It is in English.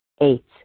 Eight